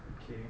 okay